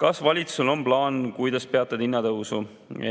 "Kas valitsusel on plaan, kuidas peatada hinnatõusu?"